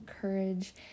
courage